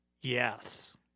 Yes